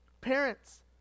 Parents